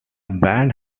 band